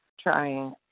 trying